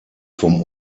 vom